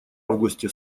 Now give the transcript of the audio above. августе